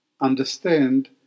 understand